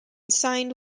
signed